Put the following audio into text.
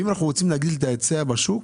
אם אנחנו רוצים להגדיל את ההיצע בשוק,